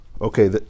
okay